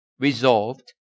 resolved